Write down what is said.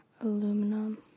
Aluminum